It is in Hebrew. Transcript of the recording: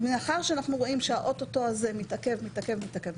מאחר שאנחנו רואים שהאוטוטו הזה מתעכב ומתעכב,